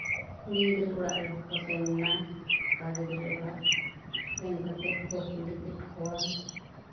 ᱠᱩᱲᱤ ᱜᱤᱫᱽᱨᱟᱹ ᱚᱲᱟᱜ ᱨᱮᱱ ᱦᱚᱸ ᱠᱚ ᱥᱮᱱ ᱱᱟ ᱠᱚᱲᱟ ᱜᱤᱫᱽᱨᱟᱹ ᱚᱲᱟᱜ ᱥᱮᱱ ᱠᱟᱛᱮᱜ ᱠᱚ ᱠᱩᱞᱤ ᱠᱮᱜ ᱠᱚᱣᱟ